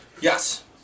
Yes